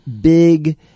big